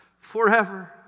Forever